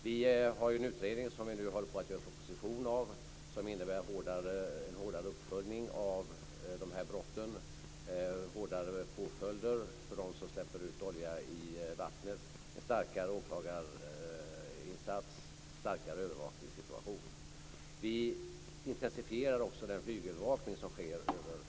Vi har ju en utredning som vi nu håller på att göra proposition av som innebär en hårdare uppföljning av de här brotten, hårdare påföljder för dem som släpper ut olja i vattnet, en starkare åklagarinsats och starkare övervakningssituation. Vi intensifierar också den flygövervakning som sker i området.